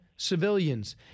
Civilians